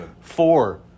Four